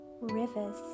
rivers